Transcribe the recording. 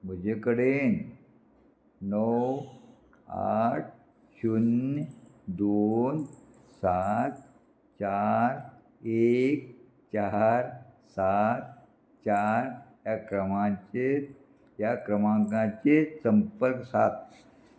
म्हजे कडेन णव आठ शुन्य दोन सात चार एक चार सात चार ह्या क्रमांचे ह्या क्रमांकाचेर संपर्क साद